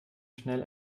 schnell